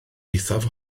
eithaf